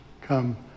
come